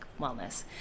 wellness